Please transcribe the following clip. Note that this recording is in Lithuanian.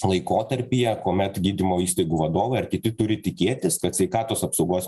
laikotarpyje kuomet gydymo įstaigų vadovai ar kiti turi tikėtis kad sveikatos apsaugos